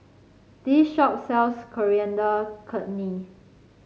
this shop sells Coriander Chutney